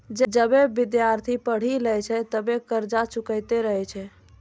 जबे विद्यार्थी पढ़ी लै छै तबे कर्जा चुकैतें रहै छै